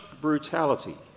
brutality